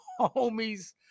Homies